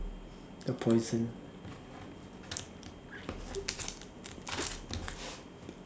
the poison